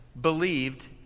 believed